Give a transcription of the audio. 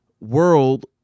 world